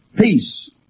Peace